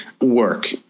work